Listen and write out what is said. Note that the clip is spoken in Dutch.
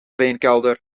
wijnkelder